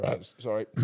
Sorry